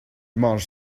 mange